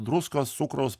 druskos cukraus